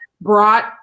brought